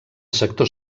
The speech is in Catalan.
sector